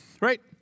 right